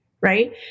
Right